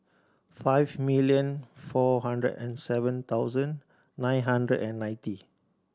five million four hundred and seven thousand nine hundred and ninety